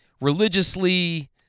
religiously